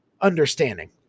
understanding